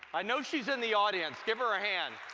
i know she's in the audience. give her a hand.